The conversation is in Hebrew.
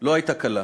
לא הייתה קלה.